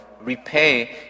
repay